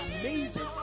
amazing